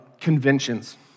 conventions